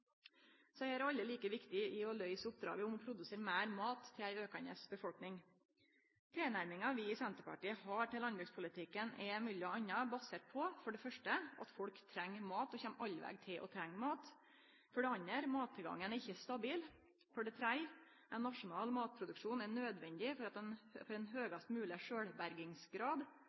er alle like viktige for å løyse oppdraget om å produsere meir mat til ei aukande befolkning. Tilnærminga vi i Senterpartiet har til landbrukspolitikken, er m.a. basert på for det første at folk treng mat, og alltid kjem til å trenge mat, for det andre at mattilgangen ikkje er stabil, for det tredje at ein nasjonal matproduksjon er nødvendig for ein høgast mogleg sjølvbergingsgrad,